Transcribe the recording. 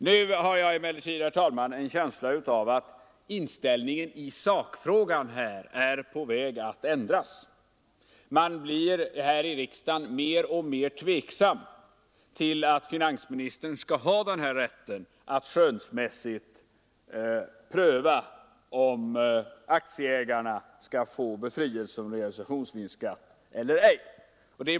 Jag har emellertid, herr talman, en känsla av att inställningen i sakfrågan är på väg att ändras. Man blir i riksdagen mer och mer tveksam till att finansministern skall ha den här rätten att skönsmässigt pröva om aktieägarna skall få befrielse från realisationsvinstskatt eller ej.